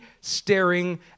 staring